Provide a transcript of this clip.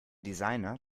designer